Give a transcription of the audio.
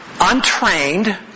untrained